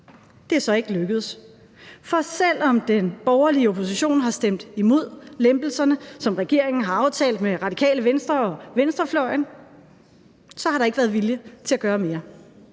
Det er så ikke lykkedes, for selv om den borgerlige opposition har stemt imod lempelserne, som regeringen har aftalt med Radikale Venstre og venstrefløjen, så har der ikke været vilje til at gøre mere.